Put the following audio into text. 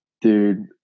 dude